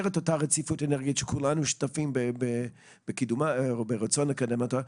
את אותה רציפות אנרגטית שכולנו שותפים בקידומה או ברצון לקדם אותה.